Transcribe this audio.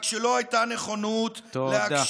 רק שלא הייתה נכונות להקשיב.